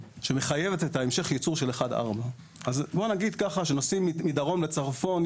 שמחייבת את המשך הייצור של 4-1. כשנוסעים מדרום לצפון,